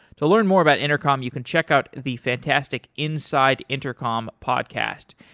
to learn more about intercom, you can check out the fantastic inside intercom podcast.